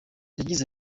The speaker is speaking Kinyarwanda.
yagize